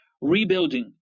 rebuilding